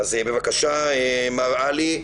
בבקשה, מר עלי,